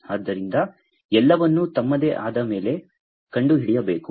ಆದ್ದರಿಂದ ಎಲ್ಲವನ್ನೂ ತಮ್ಮದೇ ಆದ ಮೇಲೆ ಕಂಡುಹಿಡಿಯಬೇಕು